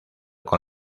con